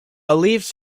leaves